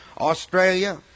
Australia